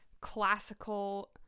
classical